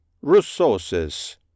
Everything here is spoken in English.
Resources